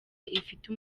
ifite